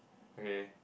okay